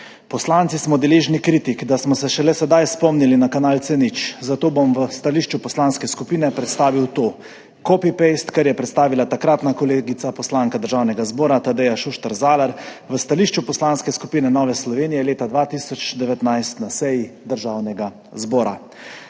Poslanci smo deležni kritik, da smo se šele sedaj spomnili na kanal C0, zato bom v stališču poslanske skupine predstavil to copy-paste, kar je predstavila takratna kolegica, poslanka Državnega zbora Tadeja Šuštar Zalar v stališču Poslanske skupine Nova Slovenija leta 2019 na seji Državnega zbora.